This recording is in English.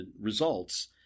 results